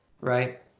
Right